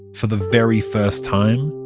for the very first time,